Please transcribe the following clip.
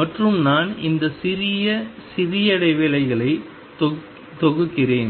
மற்றும் நான் அந்த சிறிய சிறிய இடைவெளிகளை தொகுக்கிறேன்